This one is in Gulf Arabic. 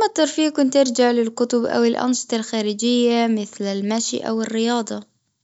ما كان فيكن ترجع للكتب أو الأنشطة الخارجية مثل المشي أو الرياضة.